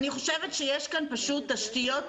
אני חושבת שיש כאן פשוט תשתיות